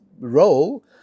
role